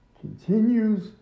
continues